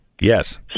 yes